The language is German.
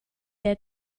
der